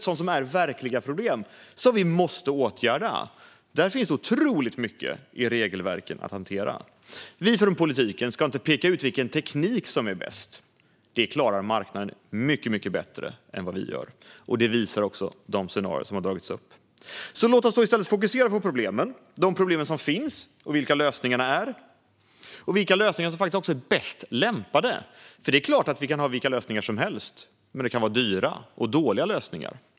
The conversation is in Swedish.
Sådant är verkliga problem som vi måste åtgärda. Här finns det otroligt mycket i regelverken att hantera. Vi från politiken ska inte peka ut vilken teknik som är bäst. Det klarar marknaden mycket bättre än vad vi gör. Det visar också de scenarier som har dragits upp. Låt oss då i stället fokusera på problemen - de problem som finns, vilka lösningarna är och vilka lösningar som faktiskt också är bäst lämpade att genomföra. Det är klart att vi kan ha vilka lösningar som helst, men det kan vara dyra och dåliga lösningar.